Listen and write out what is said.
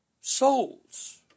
souls